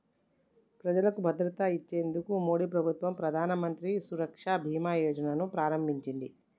ప్రజలకు భద్రత ఇచ్చేందుకు మోడీ ప్రభుత్వం ప్రధానమంత్రి సురక్ష బీమా యోజన ను ప్రారంభించింది